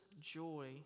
joy